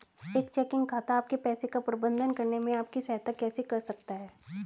एक चेकिंग खाता आपके पैसे का प्रबंधन करने में आपकी सहायता कैसे कर सकता है?